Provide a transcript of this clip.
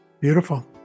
Beautiful